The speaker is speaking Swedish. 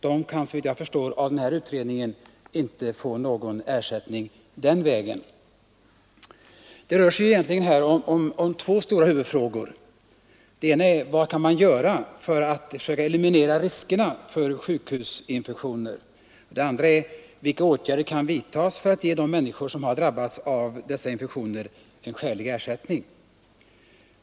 De kan såvitt jag förstår av utredningen inte få någon ersättning den vägen. Det rör sig egentligen här om två stora huvudfrågor. Den ena är vad man kan göra för att försöka eliminera riskerna för sjukhusinfektioner. Den andra är vilka åtgärder som kan vidtas för att ge de människor som har drabbats av dessa infektioner en skälig ersättning.